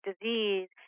disease